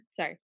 Sorry